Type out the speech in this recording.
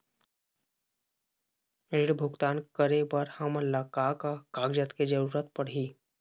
ऋण भुगतान करे बर हमन ला का का कागजात के जरूरत पड़ही?